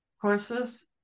courses